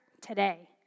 today